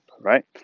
right